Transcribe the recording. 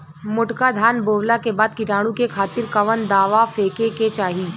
मोटका धान बोवला के बाद कीटाणु के खातिर कवन दावा फेके के चाही?